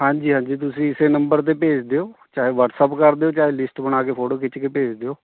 ਹਾਂਜੀ ਹਾਂਜੀ ਜੀ ਤੁਸੀਂ ਇਸੇ ਨੰਬਰ 'ਤੇ ਭੇਜ ਦਿਓ ਚਾਹੇ ਵੱਟਸਅੱਪ ਕਰ ਦਿਓ ਚਾਹੇ ਲਿਸਟ ਬਣਾ ਕੇ ਫੋਟੋ ਖਿੱਚ ਕੇ ਭੇਜ ਦਿਓ